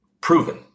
proven